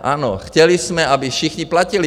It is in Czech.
Ano, chtěli jsme, aby všichni platili.